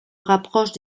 rapproche